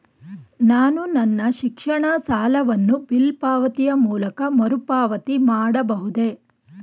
ನಾನು ನನ್ನ ಶಿಕ್ಷಣ ಸಾಲವನ್ನು ಬಿಲ್ ಪಾವತಿಯ ಮೂಲಕ ಮರುಪಾವತಿ ಮಾಡಬಹುದೇ?